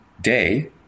day